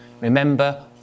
Remember